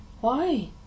Why